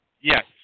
Yes